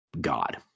God